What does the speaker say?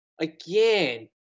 again